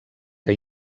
que